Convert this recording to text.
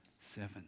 seven